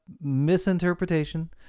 misinterpretation